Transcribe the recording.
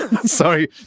sorry